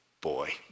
Boy